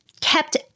kept